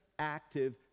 active